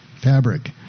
fabric